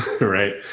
right